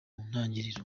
ntangiriro